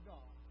God